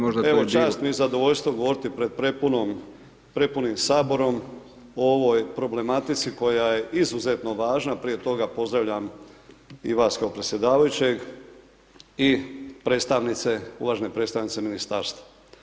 Dobro, u redu, evo čast mi je i zadovoljstvo govoriti pred prepunim saborom o ovoj problematici koja je izuzetno važna, prije toga pozdravljam i vas kao predsjedavajućeg i predstavnice, uvažene predstavnice ministarstva.